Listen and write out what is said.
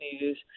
News